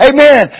Amen